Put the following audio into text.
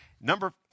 Number